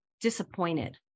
disappointed